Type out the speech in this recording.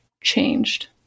changed